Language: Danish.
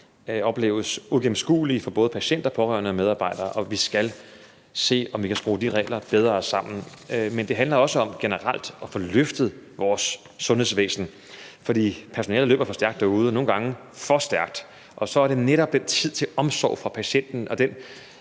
opleves som uigennemskuelige for både patienter, pårørende og medarbejdere, og vi skal se, om vi kan skrue de regler bedre sammen. Men det handler også generelt om at få løftet vores sundhedsvæsen, for personalet løber stærkt derude – nogle gange for stærkt – og så er det netop, at tid til omsorg for patienten